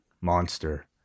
monster